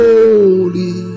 Holy